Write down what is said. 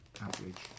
average